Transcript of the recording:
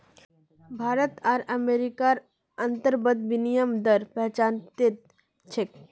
भारत आर अमेरिकार अंतर्बंक विनिमय दर पचाह्त्तर छे